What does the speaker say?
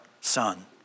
son